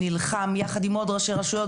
נלחם יחד עם ראשי רשויות,